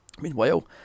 Meanwhile